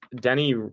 Denny